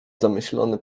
zamyślony